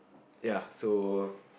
ya so